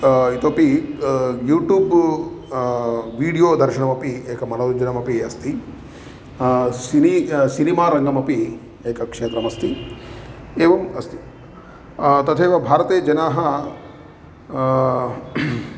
इतोपि YouTube video दर्शनमपि एकं मनोरञ्जनमपि अस्ति सिनि सिनीमा रङ्गमपि एकं क्षेत्रमस्ति एवम् अस्ति तथैव भारते जनाः